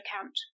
account